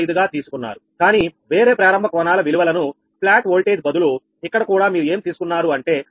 05 గా తీసుకున్నారు కానీ వేరే ప్రారంభ కోణాల విలువలను ఫ్లాట్ వోల్టేజ్ బదులు ఇక్కడ కూడా మీరు ఏం తీసుకున్నారు అంటే 1